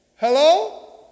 Hello